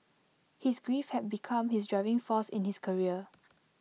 his grief had become his driving force in his career